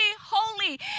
holy